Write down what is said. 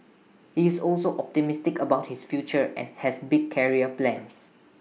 he's also optimistic about his future and has big career plans